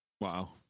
Wow